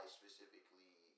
specifically